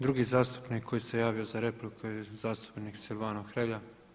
Drugi zastupnik koji se javio za repliku je zastupnik Silvano Hrelja.